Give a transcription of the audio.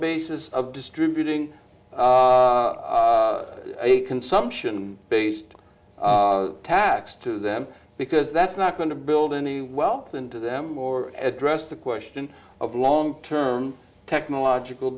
basis of distributing a consumption based tax to them because that's not going to build any wealth into them or address the question of long term technological